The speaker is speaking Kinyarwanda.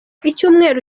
icyumweru